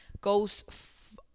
goes